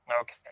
Okay